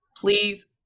please